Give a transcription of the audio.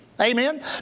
Amen